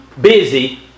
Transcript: busy